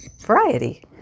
variety